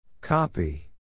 Copy